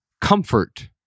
comfort